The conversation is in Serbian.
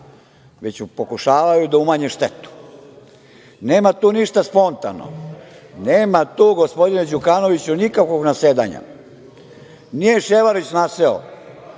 već pokušavaju da umanje štetu. Nema tu ništa spontano. Nema tu, gospodine Đukanoviću, nikakvog nasedanja. Nije Ševarlić naseo.